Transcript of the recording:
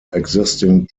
existing